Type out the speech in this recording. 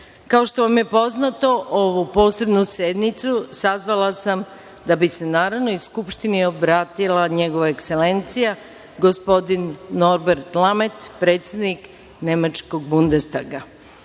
što vam je poznato, ovu posebnu sednicu sazvala sam da bi se Narodnoj skupštini obratila NJegova Ekselencija, gospodin Norbert Lamert, predsednik nemačkog Bundestaga. Čast